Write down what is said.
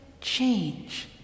change